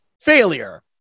Failure